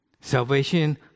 Salvation